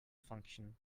function